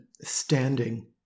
standing